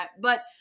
But-